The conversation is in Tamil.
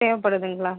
தேவைப்படுதுங்களா